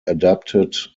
adapted